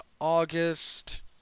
August